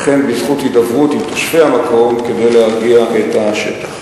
וכן בזכות הידברות עם תושבי המקום כדי להרגיע את השטח.